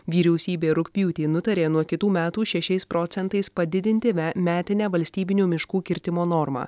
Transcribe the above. vyriausybė rugpjūtį nutarė nuo kitų metų šešiais procentais padidinti me metinę valstybinių miškų kirtimo normą